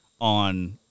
on